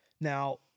Now